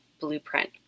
blueprint